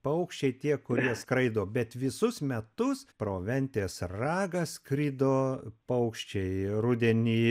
paukščiai tie kurie skraido bet visus metus pro ventės ragą skrido paukščiai rudenį